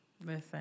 Listen